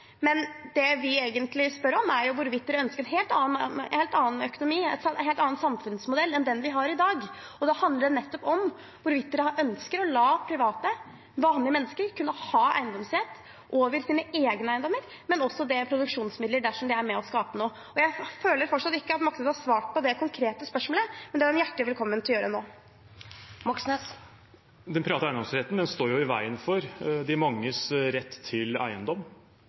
men det vi egentlig spør om, er hvorvidt dere ønsker en helt annen økonomi, en helt annen samfunnsmodell, enn den vi har i dag. Da handler det nettopp om hvorvidt dere ønsker å la private, vanlige mennesker kunne ha eiendomsrett over sine egne eiendommer, men også produksjonsmidler, dersom de er med og skaper noe. Jeg føler fortsatt ikke at Moxnes har svart på det konkrete spørsmålet, men det er han hjertelig velkommen til å gjøre nå. Den private eiendomsretten står jo i veien for de manges rett til eiendom.